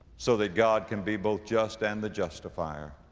so that god can be both just and the justifier